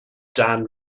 dan